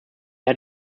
had